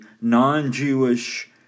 non-Jewish